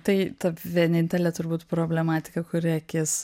tai ta vienintelė turbūt problematika kuri akis